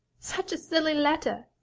such a silly letter!